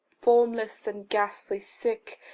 formless and ghastly, sick,